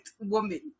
woman